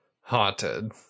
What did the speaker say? haunted